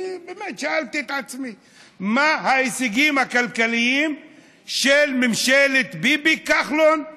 אני באמת שאלתי את עצמי מה ההישגים הכלכליים של ממשלת ביבי-כחלון-בנט.